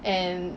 and